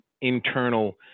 internal